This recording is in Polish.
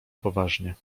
poważnie